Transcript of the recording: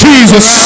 Jesus